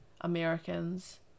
Americans